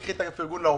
קחי את הפרגון לעובדים,